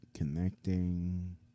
Connecting